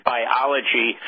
Biology